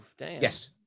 Yes